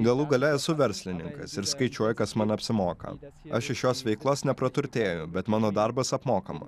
galų gale esu verslininkas ir skaičiuoja kas man apsimoka nes aš iš šios veiklos nepraturtėjo bet mano darbas apmokamas